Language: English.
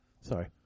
Sorry